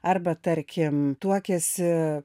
arba tarkim tuokiasi